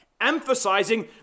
emphasizing